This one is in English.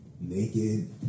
naked